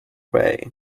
way